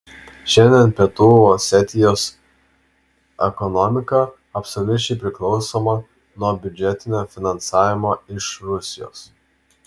šiandien pietų osetijos ekonomika absoliučiai priklausoma nuo biudžetinio finansavimo iš rusijos